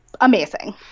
amazing